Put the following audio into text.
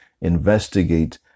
investigate